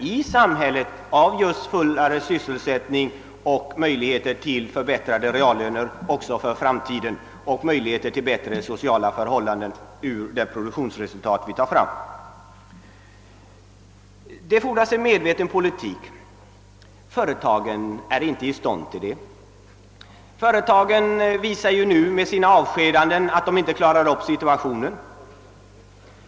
Det gäller just fullare sysselsättning, förbättrade reallöner liksom bättre sociala förhållanden på basis av det produktionsresultat som uppnås. Företagen är emellertid inte i stånd att föra en medveten politik, och de visar ju nu med sina avskedanden att de inte kan klara av situationen.